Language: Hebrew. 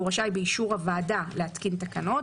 והוא רשאי באישור הוועדה להתקין תקנות.